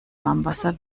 warmwasser